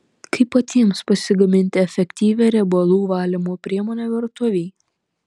kaip patiems pasigaminti efektyvią riebalų valymo priemonę virtuvei